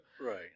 right